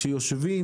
כשיושבים,